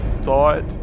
thought